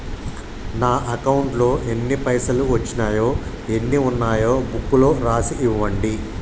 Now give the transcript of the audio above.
నా అకౌంట్లో ఎన్ని పైసలు వచ్చినాయో ఎన్ని ఉన్నాయో బుక్ లో రాసి ఇవ్వండి?